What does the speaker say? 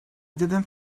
didn’t